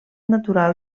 natural